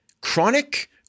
chronic